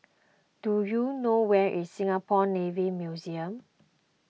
do you know where is Singapore Navy Museum